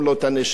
זה בטוח.